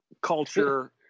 culture